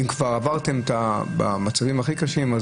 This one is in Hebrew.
אם כבר עברתם מצבים קשים,